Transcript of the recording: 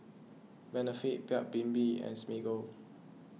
Benefit Paik's Bibim and Smiggle